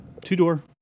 Two-door